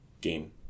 game